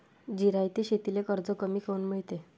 जिरायती शेतीले कर्ज कमी काऊन मिळते?